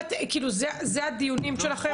זה הדיונים שלכם עכשיו?